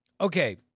Okay